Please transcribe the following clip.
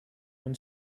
when